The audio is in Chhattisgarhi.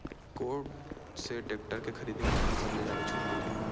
कोन से टेक्टर के खरीदी म मोला सबले जादा छुट मिलही?